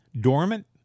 dormant